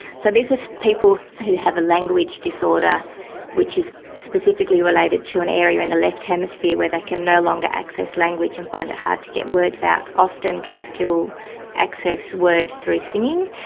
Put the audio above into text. so this is people who have a language disorder which is specifically related to an area in the left hemisphere where they can no longer access language and find it hard to get words out, often can still access words through singing.